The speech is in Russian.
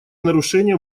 нарушения